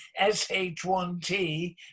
SH1T